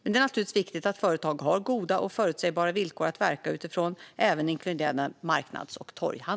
Det är naturligtvis viktigt att företag, även inkluderande marknads och torghandel, har goda och förutsägbara villkor att verka utifrån.